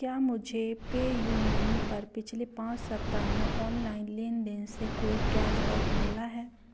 क्या मुझे PayU Money पर पिछले पाँच सप्ताह में ऑनलाइन लेन देन से कोई कैशबैक मिला है